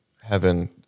heaven